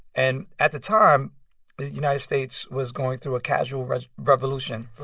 and at the time, the united states was going through a casual revolution.